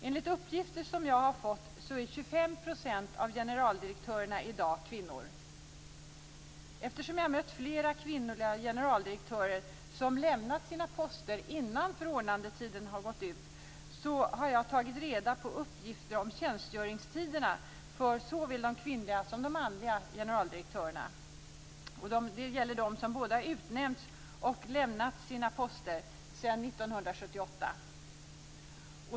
Enligt uppgifter som jag har fått är 25 % av generaldirektörerna i dag kvinnor. Eftersom jag har mött flera kvinnliga generaldirektörer som lämnat sina poster innan förordnandetiden har gått ut har jag tagit reda på tjänstgöringstiderna för såväl de kvinnliga som de manliga generaldirektörerna. Det gäller dem som både har utnämnts till och lämnat sina poster sedan 1978.